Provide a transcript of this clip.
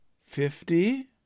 fifty